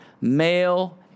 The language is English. male